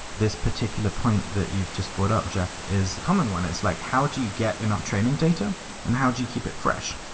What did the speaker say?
this particular point that you've just brought up, jeff, is a common one, it's like how do you get enough training data and how do you keep it fresh?